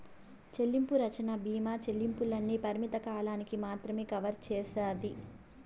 చెల్లింపు రచ్చన బీమా చెల్లింపుల్ని పరిమిత కాలానికి మాత్రమే కవర్ సేస్తాది